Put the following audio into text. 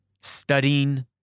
studying